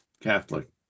Catholic